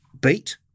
beat